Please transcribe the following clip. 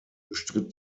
bestritt